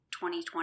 2020